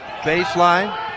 Baseline